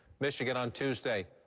michigan, on tuesday.